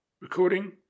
recording